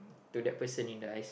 to that person in the eyes